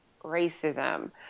racism